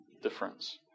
difference